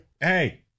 Hey